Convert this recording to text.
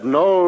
no